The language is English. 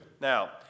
Now